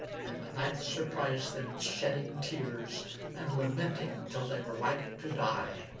and the night surprised them shedding tears and lamenting till they were like to die.